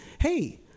Hey